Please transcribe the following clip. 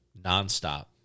nonstop